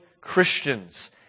Christians